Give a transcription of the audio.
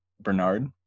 Bernard